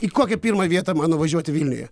į kokią pirmą vietą man nuvažiuoti vilniuje